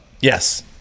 Yes